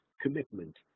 commitment